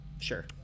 Sure